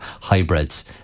hybrids